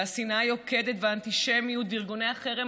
והשנאה היוקדת והאנטישמיות וארגוני החרם